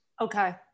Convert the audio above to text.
Okay